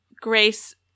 Grace